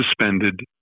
suspended